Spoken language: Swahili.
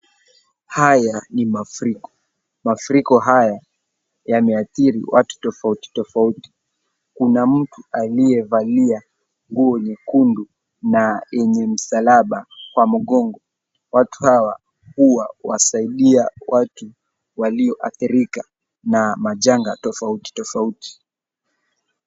Haya ni mafuriko. Mafuriko haya yameathiri watu tofauti tofauti. Kuna mtu aliyevalia nguo nyekundu na yenye msalaba kwa mgongo. Watu hawa huwa wasaidia watu walioathirika na majanga tofauti tofauti.